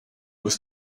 was